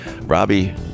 robbie